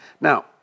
Now